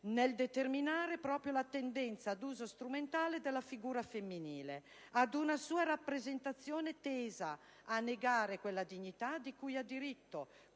nel determinare proprio la tendenza ad uso strumentale della figura femminile, ad una sua rappresentazione tesa a negare quella dignità di cui ha diritto,